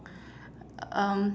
um